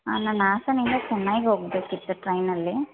ಹಾಂ ನಾನು ಹಾಸನಿಂದ ಚನ್ನೈಗೆ ಹೋಗ್ಬೇಕಿತ್ತು ಟ್ರೈನಲ್ಲಿ